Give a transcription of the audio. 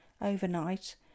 overnight